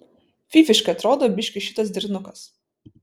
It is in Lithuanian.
fyfiškai atrodo biškį šitas derinukas